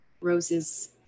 Rose's